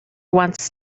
wants